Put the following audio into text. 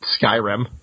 skyrim